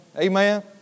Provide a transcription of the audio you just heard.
Amen